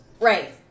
Right